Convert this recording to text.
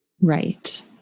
Right